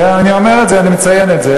כן, אני אומר את זה, אני מציין את זה.